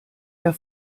der